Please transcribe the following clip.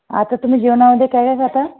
आता तुम्ही जेवणामध्ये काय काय खाता